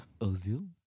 Ozil